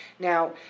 Now